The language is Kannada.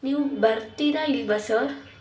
ನೀವು ಬರ್ತೀರಾ ಇಲ್ಲವಾ ಸರ್